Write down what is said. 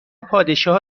پادشاه